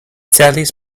celis